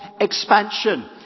expansion